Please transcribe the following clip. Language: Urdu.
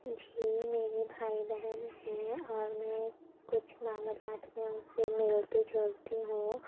جی میرے بھائی بہن ہیں اور میں کچھ معاملات میں ان سے ملتی جلتی ہوں